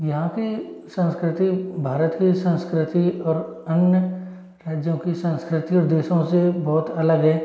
यहाँ की संस्कृति भारत की संस्कृति और अन्य है जो कि संस्कृति और देशों से बहुत अलग है